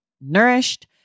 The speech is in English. nourished